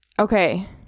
okay